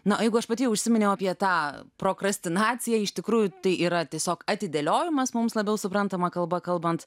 na o jeigu aš pati jau užsiminiau apie tą prokrastinaciją iš tikrųjų tai yra tiesiog atidėliojimas mums labiau suprantama kalba kalbant